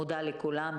מודה לכולם.